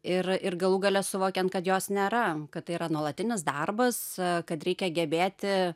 ir ir galų gale suvokiant kad jos nėra kad tai yra nuolatinis darbas kad reikia gebėti